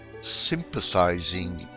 sympathizing